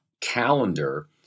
calendar